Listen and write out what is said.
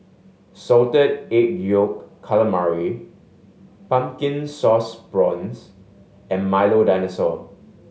Salted Egg Yolk Calamari Pumpkin Sauce Prawns and Milo Dinosaur